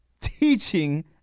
teaching